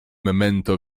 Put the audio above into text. memento